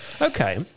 Okay